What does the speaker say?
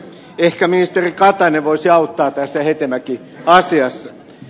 ehkä ministeri katainen voisi auttaa tässä hetemäki asiassa